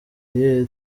irihe